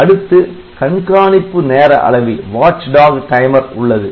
அடுத்து கண்காணிப்பு நேர அளவி உள்ளது